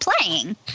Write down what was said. playing